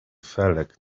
felek